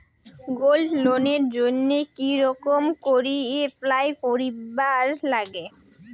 Gold লোনের জইন্যে কি রকম করি অ্যাপ্লাই করিবার লাগে?